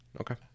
Okay